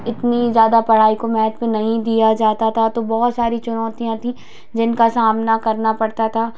इतनी ज्यादा पढ़ाई को महत्व नहीं दिया जाता था तो बहुत सारी चुनौतियाँ थी जिनका सामना करना पड़ता था